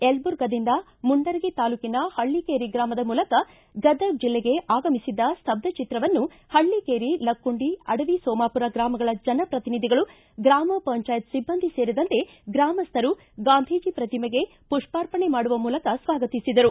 ಯಲಬುರ್ಗಾದಿಂದ ಮುಂಡರಗಿ ತಾಲೂಕಿನ ಪಲ್ಲಕೇರಿ ಗ್ರಾಮದ ಮೂಲಕ ಗದಗ ಜಿಲ್ಲೆಗೆ ಆಗಮಿಸಿದ ಸ್ತಬ್ದ ಚಿತ್ರವನ್ನು ಹಳ್ಳಕೇರಿ ಲಕ್ಷುಂಡಿ ಅಡವಿ ಸೋಮಾಪೂರ ಗ್ರಾಮಗಳ ಜನಪ್ರತಿನಿಧಿಗಳು ಗ್ರಾಮ ಪಂಚಾಯತ್ ಸಿಬ್ಬಂದಿ ಸೇರಿದಂತೆ ಗ್ರಾಮಸ್ಠರು ಗಾಂಧೀಜಿ ಪ್ರತಿಮೆಗೆ ಪುಷ್ಪಾರ್ಪಣೆ ಮಾಡುವ ಮೂಲಕ ಸ್ವಾಗತಿಸಿದರು